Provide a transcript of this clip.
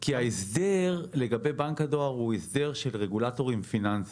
כי ההסדר לגבי בנק הדואר הוא הסדר של רגולטורים פיננסיים.